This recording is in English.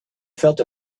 felt